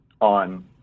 on